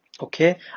okay